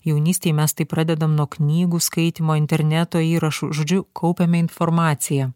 jaunystėj mes tai pradedam nuo knygų skaitymo interneto įrašų žodžiu kaupiame informaciją